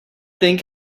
think